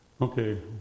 Okay